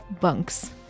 bunks